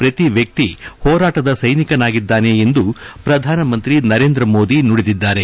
ಪ್ರತಿ ವ್ಯಕ್ತಿ ಹೋರಾಟದ ಸೈನಿಕನಾಗಿದ್ದಾನೆ ಎಂದು ಪ್ರಧಾನಮಂತ್ರಿ ನರೇಂದ್ರ ಮೋದಿ ನುಡಿದಿದ್ದಾರೆ